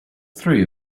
three